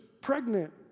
pregnant